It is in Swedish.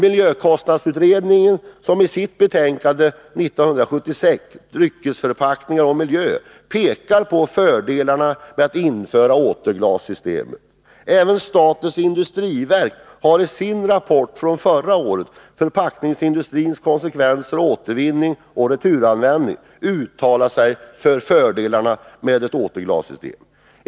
Miljökostnadsutredningen pekade i sitt betänkande Dryckesförpackningar och miljö på fördelarna med att införa återglassystemet. Även statens industriverk har i sin rapport från förra året, Förpackningsglasindustrins konsekvenser av återvinning och returanvändning, uttalat sig för fördelarna med ett återglassystem.